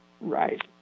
Right